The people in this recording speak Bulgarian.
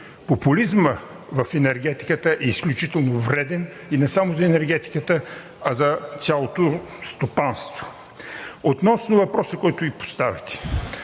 Популизмът в енергетиката е изключително вреден не само за енергетиката, а за цялото стопанство. Относно въпроса, който ми поставяте,